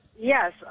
Yes